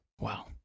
Wow